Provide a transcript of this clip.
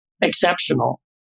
exceptional